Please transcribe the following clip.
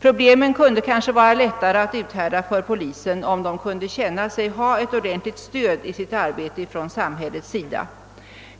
Förhållandena kunde kanske vara lättare att uthärda för polisen om den kunde känna sig ha samhällets stöd.